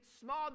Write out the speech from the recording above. small